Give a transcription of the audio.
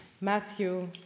Matthew